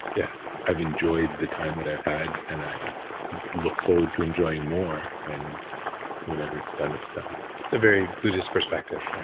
yeah i've enjoyed the time that i've had and i look forward to enjoying more. and whenever it's done, it's done it's a very buddhist perspective,